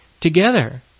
together